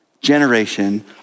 generation